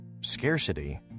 scarcity